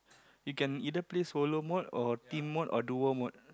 you can either play solo mode or team mode or dual mode